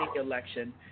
election